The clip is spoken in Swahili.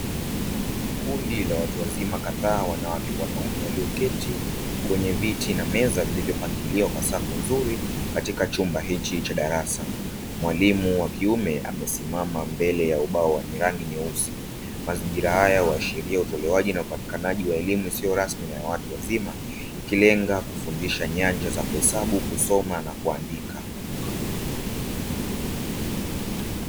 Kundi la watu wazima kadhaa la wanawake kwa wanaume, walioketi kwenye viti na meza, vilizopangiliwa kwa safu nzuri katika chumba hiki cha darasa. Mwalimu wa kiume amesimama mbele ya ubao wenye rangi nyeusi, mazingira haya huashiria elimu isiyo rasmi ya watu wazima, ikilenga kufundisha nyanja ya kusoma na kuandika.